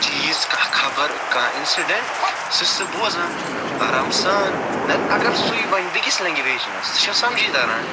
چیٖز کانٛہہ خبر کانٛہہ اِنسِڈٮ۪نٛٹ سُہ چھُ سُہ بوزان آرام سان نتہٕ اَگر سُے وۄنۍ بیٚکِس لٮ۪نٛگوٮ۪ج منٛز سُہ چھُنہٕ سَمجھی تَران